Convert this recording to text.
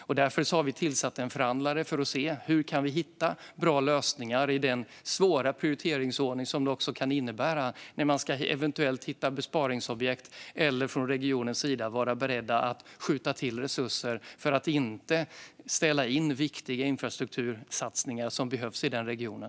Vi har därför tillsatt en förhandlare för att se hur vi kan hitta bra lösningar i den svåra prioriteringsordning som det kan innebära när man ska hitta eventuella besparingsobjekt eller när man från regionens sida måste vara beredd att skjuta till resurser för att man inte ska behöva ställa in viktiga infrastruktursatsningar som behövs i regionen.